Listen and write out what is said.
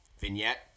vignette